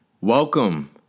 Welcome